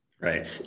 right